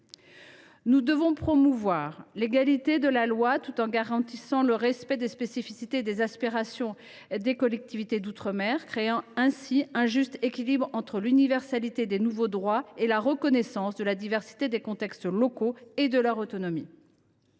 Nous devons promouvoir l’égalité de la loi tout en garantissant le respect des spécificités et des aspirations des collectivités d’outre mer. Il faut créer un juste équilibre entre l’universalité des nouveaux droits et la reconnaissance de la diversité des contextes locaux et des règles d’autonomie.